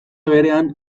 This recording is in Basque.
berean